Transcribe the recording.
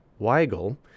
weigel